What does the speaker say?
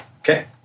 Okay